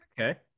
Okay